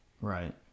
right